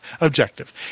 Objective